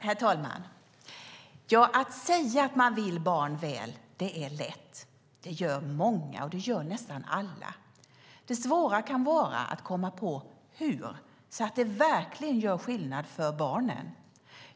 Herr talman! Att säga att man vill barn väl är lätt. Det gör många. Det gör nästan alla. Det svåra kan vara att komma på hur , så att det verkligen gör skillnad för barnen.